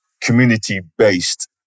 community-based